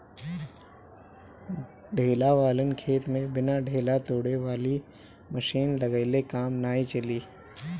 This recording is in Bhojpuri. ढेला वालन खेत में बिना ढेला तोड़े वाली मशीन लगइले काम नाइ चली